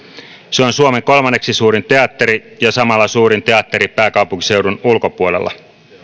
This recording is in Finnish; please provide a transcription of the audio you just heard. se on suomen kolmanneksi suurin teatteri ja samalla suurin teatteri pääkaupunkiseudun ulkopuolella